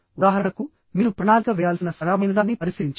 ఉదాహరణకుమీరు ప్రణాళిక వేయాల్సిన సరళమైనదాన్ని పరిశీలించండి